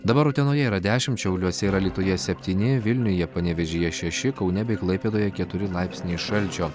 dabar utenoje yra dešimt šiauliuose ir alytuje septyni vilniuje panevėžyje šeši kaune bei klaipėdoje keturi laipsniai šalčio